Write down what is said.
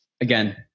again